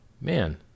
man